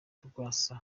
rwasa